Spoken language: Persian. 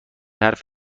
حرف